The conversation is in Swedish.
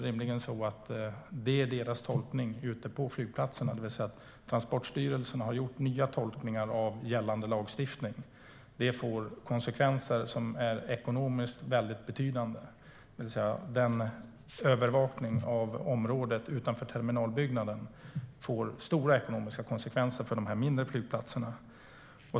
Rimligen är uppfattningen på flygplatserna att Transportstyrelsen har gjort nya tolkningar av gällande lagstiftning avseende övervakning av området utanför terminalbyggnaden. Detta får väldigt betydande ekonomiska konsekvenser för de mindre flygplatserna.